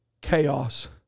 chaos